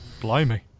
Blimey